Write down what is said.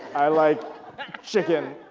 i like chicken